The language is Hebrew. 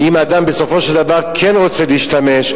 ואם אדם בסופו של דבר כן רוצה להשתמש,